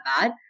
bad